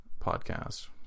Podcast